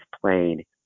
played